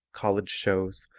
college shows,